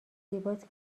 زیباست